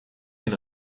den